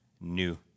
new